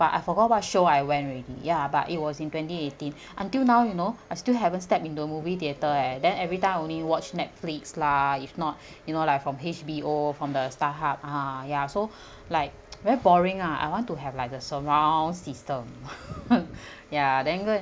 but I forgot what show I went already ya but it was in twenty eighteen until now you know I still haven't stepped into movie theatre eh then every time only watch netflix lah if not you know like from H_B_O from the starhub ha ya so like very boring ah I want to have like the surround system ya then go and